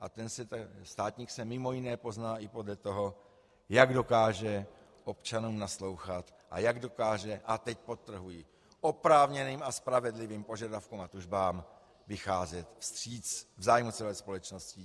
A státník se mimo jiné pozná i podle toho, jak dokáže občanům naslouchat a jak dokáže, a teď podtrhuji, oprávněným a spravedlivým požadavkům a tužbám vycházet vstříc v zájmu celé společnosti.